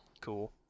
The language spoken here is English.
Cool